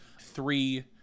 three